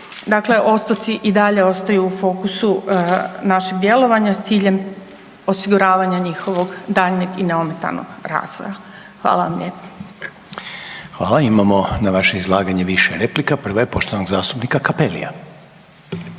Dakle, otoci i dalje ostaju u fokusu našeg djelovanja s ciljem osiguravanja njihovog daljnjeg i neometanog razvoja. Hvala vam lijepa. **Reiner, Željko (HDZ)** Hvala. Imamo na vaše izlaganje više replika, prva je poštovanog zastupnika Cappellia.